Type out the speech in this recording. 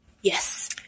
Yes